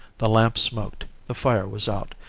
the lamp smoked, the fire was out,